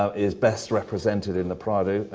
um is best represented in the prado,